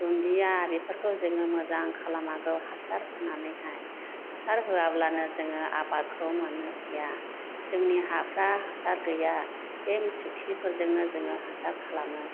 दुन्दिया बेफोरखौ जोङो मोजां खालामनांगौ हासार होनानैहाइ हासार होयाब्लानो जोङो आबादखौ मोन्नो फैया जोंनि हाफ्रा हासार गैया बे मोसौखिफोरजोंनो जोङो हासार खालामो